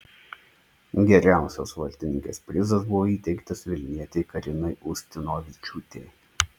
geriausios vartininkės prizas buvo įteiktas vilnietei karinai ustinovičiūtei